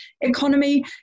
economy